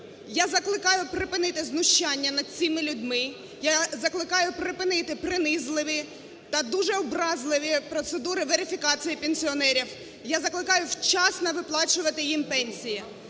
Я закликаю припинити знущання над цими людьми, я закликаю припинити принизливі та дуже образливі процедури верифікації пенсіонерів, я закликаю вчасно виплачувати їм пенсії!